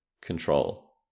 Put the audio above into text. Control